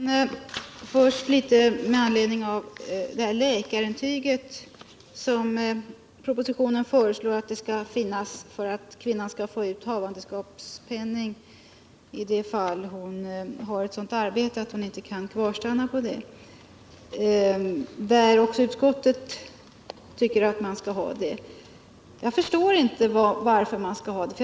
Herr talman! Först vill jag säga något med anledning av att propositionen och även utskottet föreslår att det skall finnas läkarintyg för att kvinnan skall få ut havandeskapspenning i det fall då hon har ett sådant arbete att hon inte kan kvarstanna där. Jag förstår inte varför man skall ha detta intyg.